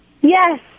Yes